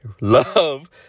love